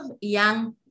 young